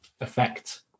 effect